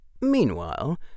Meanwhile